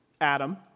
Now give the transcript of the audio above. Adam